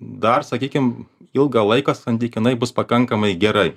dar sakykim ilgą laiką santykinai bus pakankamai gerai